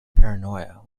paranoia